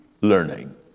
learning